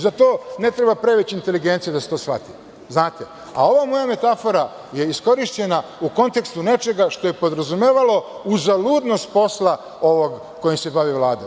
Za to ne treba previše inteligencije da se to shvati, znate, a ova moja metafora je iskorišćena u kontekstu nečega što je podrazumevalo uzaludnost posla ovog kojim se bavi Vlada.